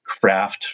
craft